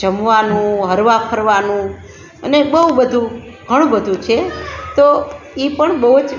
જમવાનું હરવા ફરવાનું અને બહુ બધું ઘણું બધું છે તો એ પણ બહુ જ